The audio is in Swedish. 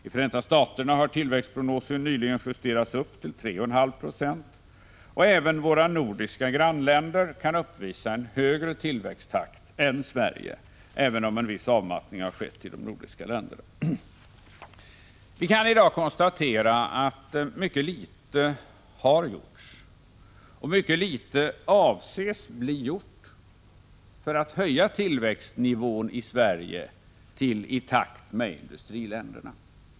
I Förenta Staterna har tillväxtprognosen nyligen justerats upp till 3,5 96, och även våra nordiska grannländer kan uppvisa en högre tillväxttakt än Sverige, även om en viss avmattning har skett där. Vi kan i dag konstatera att mycket litet har gjorts och mycket litet avses bli gjort för att höja tillväxtnivån i Sverige till i takt med industriländerna.